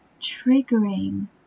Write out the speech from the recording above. triggering